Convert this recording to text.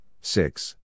six